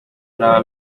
naba